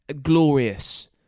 glorious